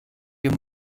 wir